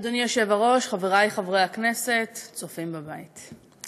אדוני היושב-ראש, חברי חברי הכנסת, צופים בבית,